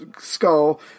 skull